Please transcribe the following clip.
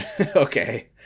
okay